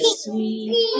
sweet